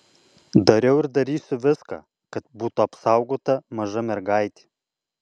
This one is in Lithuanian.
dariau ir darysiu viską kad būtų apsaugota maža mergaitė